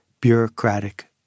bureaucratic